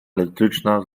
elektryczna